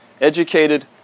educated